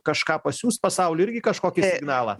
kažką pasiųst pasauliui irgi kažkokį signalą